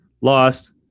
Lost